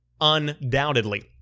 undoubtedly